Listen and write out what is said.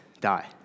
die